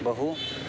बहु